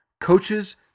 coaches